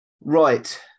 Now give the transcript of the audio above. Right